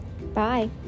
Bye